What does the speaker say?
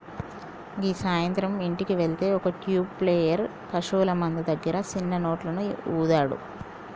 గీ సాయంత్రం ఇంటికి వెళ్తే ఒక ట్యూబ్ ప్లేయర్ పశువుల మంద దగ్గర సిన్న నోట్లను ఊదాడు